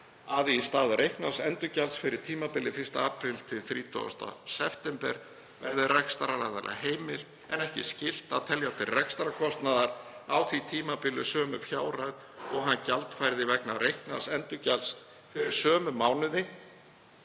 að í stað reiknaðs endurgjalds fyrir tímabilið 1. apríl til 30. september 2020 verði rekstraraðila heimilt, en ekki skylt, að telja til rekstrarkostnaðar á því tímabili sömu fjárhæð og hann gjaldfærði vegna reiknaðs endurgjalds fyrir sömu mánuði